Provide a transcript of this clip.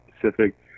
Pacific